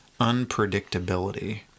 unpredictability